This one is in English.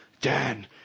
Dan